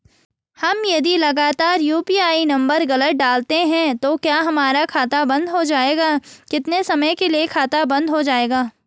हम यदि लगातार यु.पी.आई नम्बर गलत डालते हैं तो क्या हमारा खाता बन्द हो जाएगा कितने समय के लिए खाता बन्द हो जाएगा?